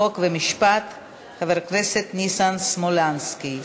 חוק ומשפט חבר הכנסת ניסן סמולנסקי,